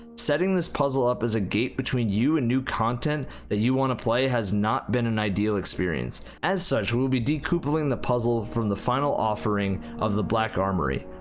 setting this puzzle up as a gate between you and new content that you want to play has not been an ideal experience. as such, we will be decoupling the puzzle from the final offering of the black armory.